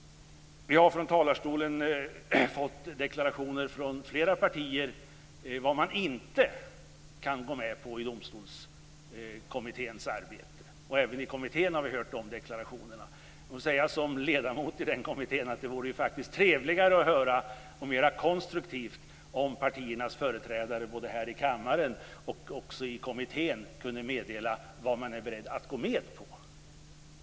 Vi har från talarstolen fått deklarationer från flera partier om vad de inte kan gå med på i Domstolskommitténs arbete. Även i kommittén har vi hört dessa deklarationer. Som ledamot i den kommittén måste jag säga att det vore trevligare och mer konstruktivt att höra om partiernas företrädare både här i kammaren och i kommittén kunde meddela vad de är beredda att gå med på.